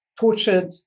tortured